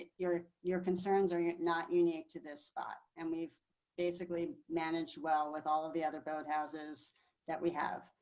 ah your, your concerns are not unique to this spot, and we've basically manage well with all of the other build houses that we have.